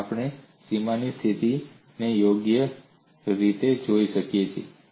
અને આપણે સીમાની સ્થિતિને યોગ્ય રીતે જોઈ છે